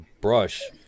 brush